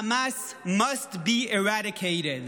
Hamas must be eradicated.